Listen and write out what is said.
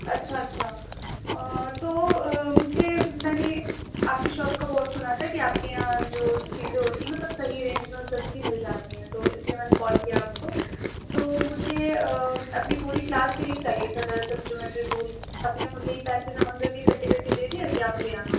اچھا اچھا آ تو مجھے میں نے آپ کی شاپ کا بہت سُنا تھا کہ آپ کے یہاں جو چیزیں ہوتی ہیں مطلب صحیح رینج میں اور سَستی مل جاتی ہیں تو اِس لیے میں نے کال کیا آپ کو تو مجھے اپنی پوری کلاس کے لیے چاہیے تھا دراصل جیومیٹری ٹول سب نے مجھے ہی جمع کر کے اکھٹے کر کے دے دیا کہ آپ لے آنا